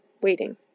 waiting